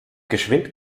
geschwind